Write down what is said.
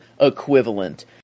equivalent